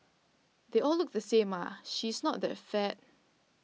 they all look the same ah she's not that fat